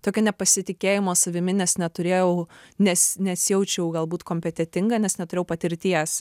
tokio nepasitikėjimo savimi nes neturėjau nes nesijaučiau galbūt kompetentinga nes neturėjau patirties